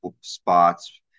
spots